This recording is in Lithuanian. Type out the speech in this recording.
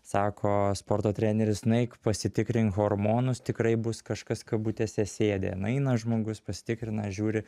sako sporto treneris nueik pasitikrink hormonus tikrai bus kažkas kabutėse sėdi nueina žmogus pasitikrina žiūri